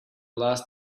last